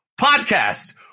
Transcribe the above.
podcast